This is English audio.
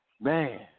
Man